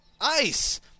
Ice